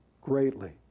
greatly